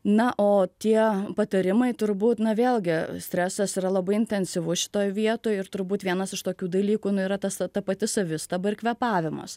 na o tie patarimai turbūt na vėlgi stresas yra labai intensyvus šitoj vietoj ir turbūt vienas iš tokių dalykų na yra tas ta pati savistaba ir kvėpavimas